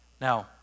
Now